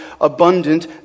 abundant